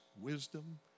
wisdom